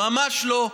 ממש לא.